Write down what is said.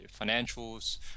financials